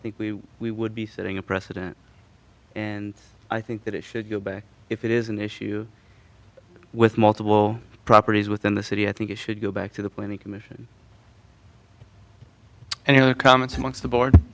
think we we would be setting a precedent and i think that it should go back if it is an issue with multiple properties within the city i think it should go back to the planning commission and you know the comments amongst the board